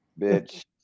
bitch